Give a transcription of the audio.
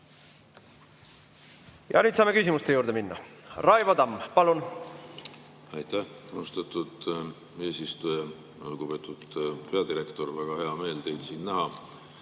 Ja nüüd saame küsimuste juurde minna. Raivo Tamm, palun! Aitäh, austatud eesistuja! Lugupeetud peadirektor! Väga hea meel teid siin näha.